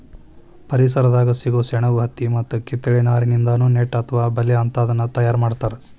ಪರಿಸರದಾಗ ಸಿಗೋ ಸೆಣಬು ಹತ್ತಿ ಮತ್ತ ಕಿತ್ತಳೆ ನಾರಿನಿಂದಾನು ನೆಟ್ ಅತ್ವ ಬಲೇ ಅಂತಾದನ್ನ ತಯಾರ್ ಮಾಡ್ತಾರ